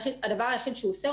הדבר היחיד שהוא עושה,